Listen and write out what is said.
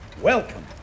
welcome